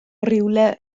rywle